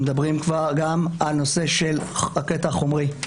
אנחנו מדברים גם על הקטע החומרי.